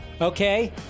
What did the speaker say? Okay